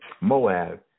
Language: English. Moab